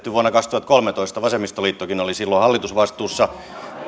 vuonna kaksituhattakolmetoista vasemmistoliittokin oli silloin hallitusvastuussa